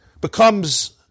becomes